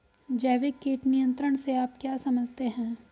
जैविक कीट नियंत्रण से आप क्या समझते हैं?